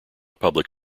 public